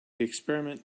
experiment